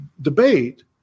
debate